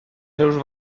seus